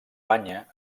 banya